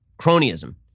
cronyism